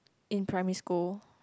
in primary school